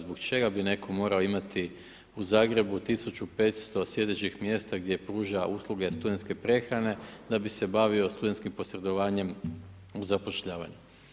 Zbog čega bi netko morao imati u Zagrebu 1500 sjedećih mjesta gdje pruža usluge studentske prehrane da bi se bavio studentskim posredovanjem u zapošljavanju.